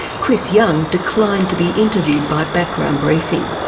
chris young declined to be interviewed by background briefing.